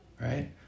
Right